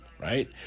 right